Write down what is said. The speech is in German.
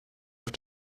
auf